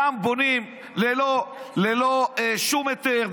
גם בונים ללא שום היתר,